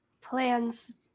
plans